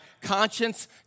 conscience